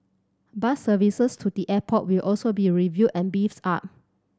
bus services to the airport will also be reviewed and beefed up